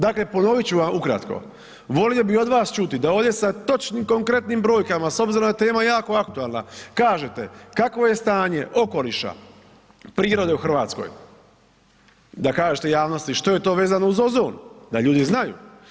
Dakle ponovit ću vam ukratko, volio bih od vas čuti da ovdje sa točnim konkretnim brojkama s obzirom da je tema jako aktualna kažete kakvo je stanje okoliša, prirode u Hrvatskoj, da kažete javnosti što je to vezano uz ozon da ljudi znaju.